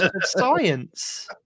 science